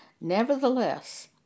Nevertheless